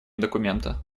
документа